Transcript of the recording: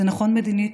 זה נכון מדינית,